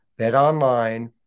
BetOnline